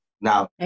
Now